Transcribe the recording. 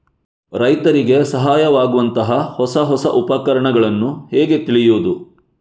ರೈತರಿಗೆ ಸಹಾಯವಾಗುವಂತಹ ಹೊಸ ಹೊಸ ಉಪಕರಣಗಳನ್ನು ಹೇಗೆ ತಿಳಿಯುವುದು?